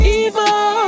evil